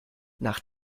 nach